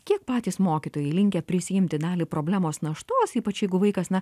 kiek patys mokytojai linkę prisiimti dalį problemos naštos ypač jeigu vaikas na